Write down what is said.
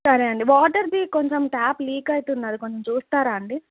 సరే అండి వాటర్ది కొంచెం ట్యాప్ లీక్ అవుతోంది అది కొంచెం చూస్తారా అండి